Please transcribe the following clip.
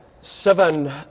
seven